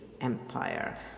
Empire